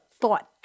thought